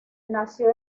nació